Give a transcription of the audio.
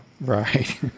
Right